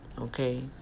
Okay